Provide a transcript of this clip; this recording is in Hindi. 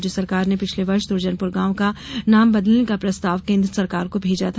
राज्य सरकार ने पिछले वर्ष दूर्जनपूर गांव का नाम बदले का प्रस्ताव केन्द्र सरकार को भेजा था